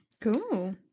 Cool